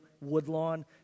Woodlawn